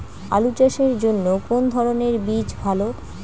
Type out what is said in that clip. আলু চাষের জন্য কোন ধরণের বীজ ভালো?